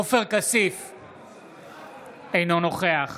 אינו נוכח